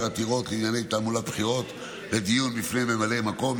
עתירות לענייני תעמולת בחירות לדיון בפני ממלאי מקום.